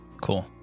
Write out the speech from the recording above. Cool